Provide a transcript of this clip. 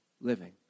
living